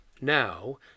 Now